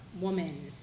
woman